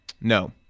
no